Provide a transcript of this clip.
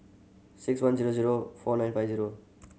six one zero zero four nine five zero